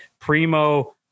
primo